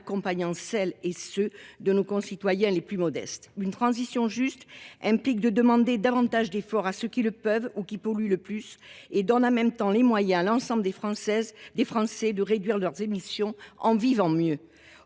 accompagner nos concitoyens les plus modestes. Une transition juste implique de demander davantage d’efforts à ceux qui le peuvent ou qui polluent le plus. Elle doit donner, en même temps, les moyens à l’ensemble des Français de réduire leurs émissions tout en vivant mieux.